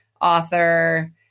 author